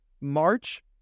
March